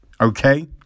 Okay